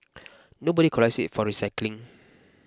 nobody collects it for recycling